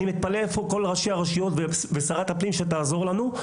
אני מתפלא איפה כל ראשי הרשויות ושרת הפנים שתעזור לנו.